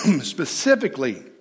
specifically